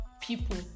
people